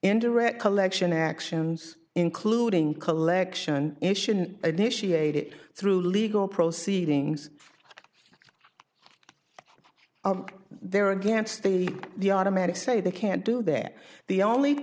indirect collection actions including collection ition initiated through legal proceedings there against the the automatic say they can't do there the only